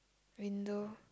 window